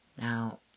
Now